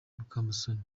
mukamusoni